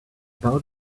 about